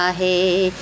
hey